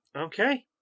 okay